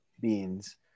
beings